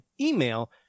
email